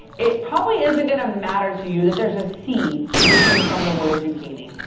it probably isn't gonna matter to you that there's a c missing from the word zucchini.